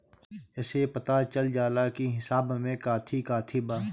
एसे पता चल जाला की हिसाब में काथी काथी बा